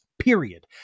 period